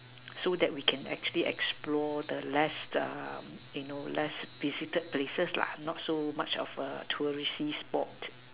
so that we can actually explore the less um you know less visited places lah not so much of a touristy spot